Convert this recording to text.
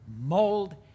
mold